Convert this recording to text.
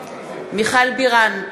מיכל בירן,